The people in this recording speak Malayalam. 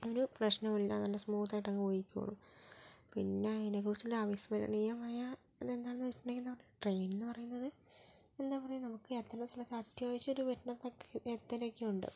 ഒരു പ്രശ്നവുമില്ല നല്ല സമൂത്തായിട്ടങ്ങ് പോയിക്കോളും പിന്നെ അയിനെക്കുറിച്ചുള്ള അവിസ്മരണീയമായ ഇതെന്താണെന്ന് വെച്ചിട്ടുണ്ടെങ്കില് എന്താ പറയുക ട്രെയിൻ എന്ന് പറയുന്നത് എന്താപറയാ നമ്മക്ക് എത്തേണ്ട സ്ഥലത്ത് അത്യാവശ്യായിട്ട് എത്തേണ്ട സ്ഥലത്തൊക്കെ എത്തലൊക്കെ ഉണ്ട്